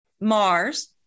Mars